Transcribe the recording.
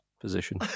position